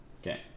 Okay